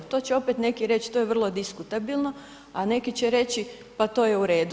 To će opet neki reći, to je vrlo diskutabilno, a neki će reći pa to je u redu.